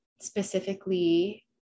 specifically